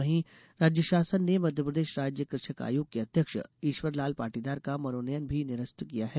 वहीं राज्य शासन ने मध्यप्रदेश राज्य कृषक आयोग के अध्यक्ष ईश्वरलाल पाटीदार का मनोनयन भी निरस्त किया है